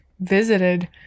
visited